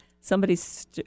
somebody's